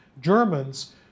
Germans